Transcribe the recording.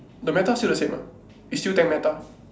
the meta still the same ah is still ten meta